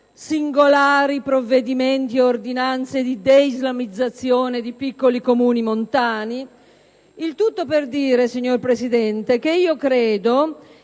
singolari provvedimenti ed ordinanze di deislamizzazione di piccoli Comuni montani. Il tutto per dire, signor Presidente, che credo